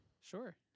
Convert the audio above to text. Sure